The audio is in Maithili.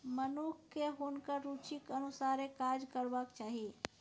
मनुखकेँ हुनकर रुचिक अनुसारे काज करबाक चाही